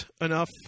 enough